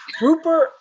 Rupert